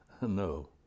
No